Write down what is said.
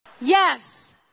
Yes